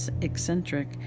eccentric